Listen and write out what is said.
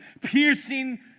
piercing